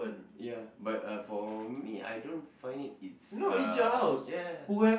ya but uh for me I don't find it it's uh ya ya ya